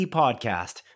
podcast